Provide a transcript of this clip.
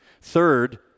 third